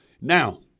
Now